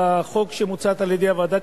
בחוק שמוצע על-ידי הוועדה,